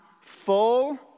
full